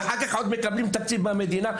ואחר כך עוד קיבלו בהם תקציבים מהמדינה.